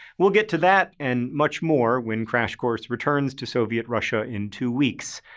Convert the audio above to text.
we'll get to that and much more when crash course returns to soviet russia in two weeks.